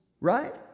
right